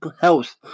health